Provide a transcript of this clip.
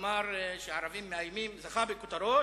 אמר שערבים מאיימים, זכה בכותרות.